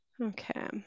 okay